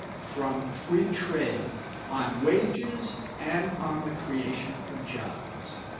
from free trade on wages, and on the creation of jobs.